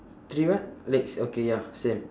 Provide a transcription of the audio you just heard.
three what legs okay ya same